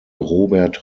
robert